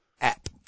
app